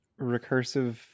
recursive